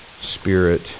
spirit